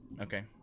okay